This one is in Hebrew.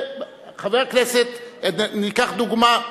וחבר הכנסת ניקח דוגמה.